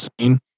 scene